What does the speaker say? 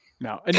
No